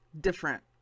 different